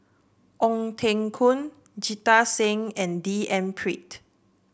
Ong Teng Koon Jita Singh and D N Pritt